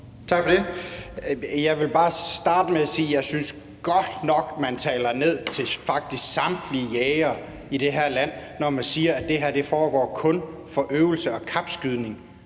Tak for det. Jeg vil bare starte med at sige, at jeg godt nok synes, at man taler ned til faktisk samtlige jægere i det her land, når man siger, at det her kun foregår som øvelser og kapskydning.